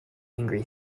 angry